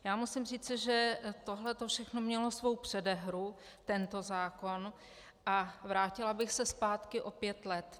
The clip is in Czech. Já musím říci, že tohle všechno mělo svou předehru, tento zákon, a vrátila bych se zpátky o pět let.